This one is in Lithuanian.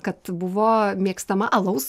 kad buvo mėgstama alaus